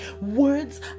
words